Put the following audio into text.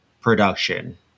production